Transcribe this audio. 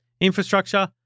infrastructure